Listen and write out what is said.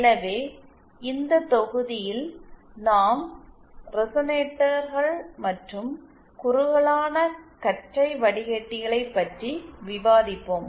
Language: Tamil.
எனவே இந்த தொகுதியில் நாம் ரெசனேட்டர்கள் மற்றும் குறுகலானகற்றை வடிக்கட்டிகளைப் பற்றி விவாதிப்போம்